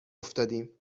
افتادیم